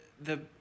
the-